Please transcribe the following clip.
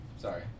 Sorry